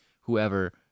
whoever